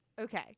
okay